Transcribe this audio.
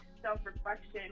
self-reflection